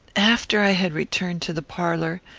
after i had returned to the parlour,